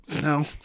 No